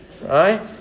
right